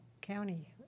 county